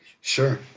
Sure